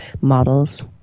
models